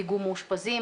דיגום מאושפזים,